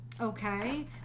okay